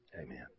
Amen